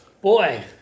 Boy